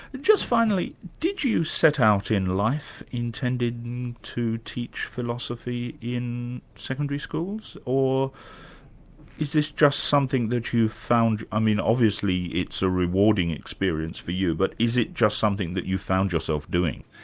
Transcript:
just finally, did you set out in life intending to teach philosophy in secondary schools, or is this just something that you found, i mean obviously it's a rewarding experience for you, but is it just something that you found yourself doing?